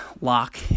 lock